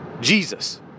Jesus